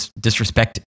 disrespect